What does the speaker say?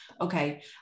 okay